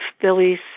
Billy's